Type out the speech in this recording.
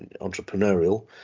entrepreneurial